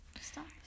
stars